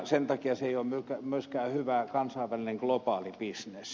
sen takia se ei ole myöskään hyvä kansainvälinen globaali bisnes